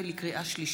שעה